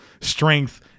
strength